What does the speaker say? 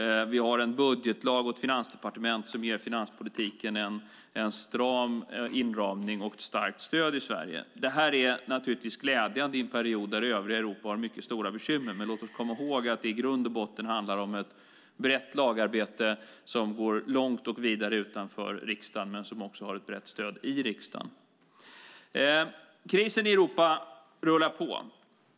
Vi har en budgetlag och ett finansdepartement som ger finanspolitiken en stram inramning och ett starkt stöd i Sverige. Det är naturligtvis glädjande i en period där övriga Europa har mycket stora bekymmer. Men låt oss komma ihåg att det i grund och botten handlar om ett brett lagarbete som går långt vidare utanför riksdagen men som också har ett brett stöd i riksdagen. Krisen i Europa rullar på.